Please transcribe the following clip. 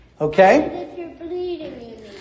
Okay